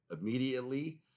immediately